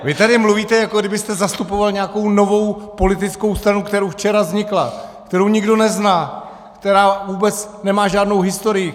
Vy tady mluvíte, jako kdybyste zastupoval nějakou novou politickou stranu, která včera vznikla, kterou nikdo nezná, která vůbec nemá žádnou historii.